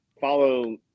follow